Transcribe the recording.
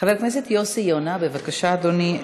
חבר הכנסת יוסי יונה, בבקשה, אדוני.